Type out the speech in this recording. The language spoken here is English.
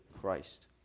Christ